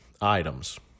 items